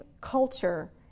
culture